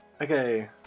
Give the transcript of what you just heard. Okay